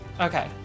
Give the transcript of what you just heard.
Okay